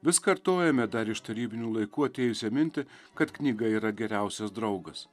vis kartojame dar iš tarybinių laikų atėjusią mintį kad knyga yra geriausias draugas